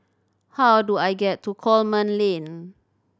how do I get to Coleman Lane